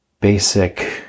basic